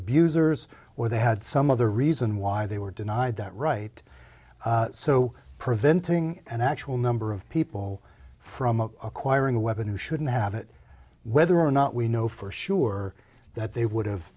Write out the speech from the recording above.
abusers or they had some other reason why they were denied that right so preventing an actual number of people from acquiring a weapon who shouldn't have it whether or not we know for sure that they would have